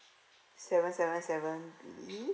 seven seven seven P